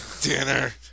Dinner